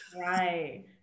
right